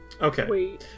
Okay